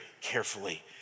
carefully